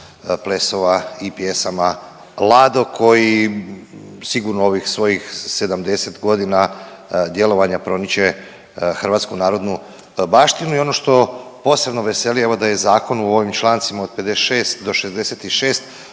plesova i pjesama Lado koji sigurno u ovih svojih 70.g. djelovanja proniče hrvatsku narodnu baštinu i ono što posebno veseli evo da je zakon u ovim člancima od 56. do 66.